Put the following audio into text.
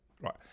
right